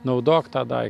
naudok tą daik